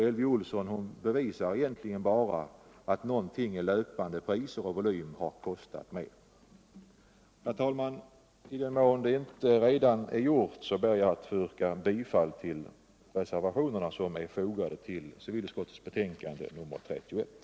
Elvy Olsson bevisar egentligen bara att någonting i löpande priser och volym har kostat mer. Om det inte redan är gjort, herr talman, ber jag att nu få yrka bifall till reservationerna som är fogade till civilutskottets betänkande nr 31.